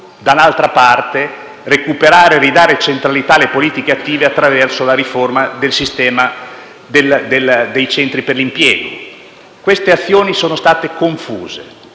d'altra parte, ridare centralità alle politiche attive attraverso la riforma del sistema dei centri per l'impiego. Queste azioni sono state confuse